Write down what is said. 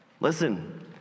Listen